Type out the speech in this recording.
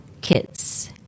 kids